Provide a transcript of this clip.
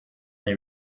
they